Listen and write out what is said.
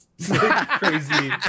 crazy